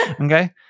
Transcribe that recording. Okay